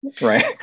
Right